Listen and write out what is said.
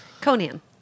Conan